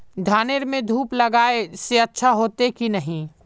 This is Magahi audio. धानेर में धूप लगाए से अच्छा होते की नहीं?